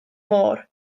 môr